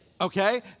Okay